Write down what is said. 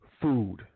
food